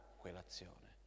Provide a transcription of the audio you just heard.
quell'azione